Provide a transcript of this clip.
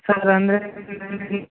sir ಅಂದರೆ